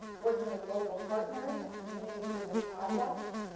working with local partners on community driven projects.